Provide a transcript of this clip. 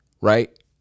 right